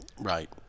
right